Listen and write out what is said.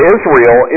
Israel